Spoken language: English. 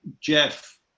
Jeff